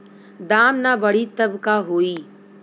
दाम ना बढ़ी तब का होई